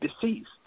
deceased